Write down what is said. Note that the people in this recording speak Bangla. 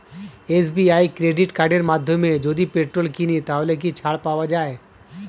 এস.বি.আই ক্রেডিট কার্ডের মাধ্যমে যদি পেট্রোল কিনি তাহলে কি ছাড় পাওয়া যায়?